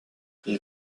ils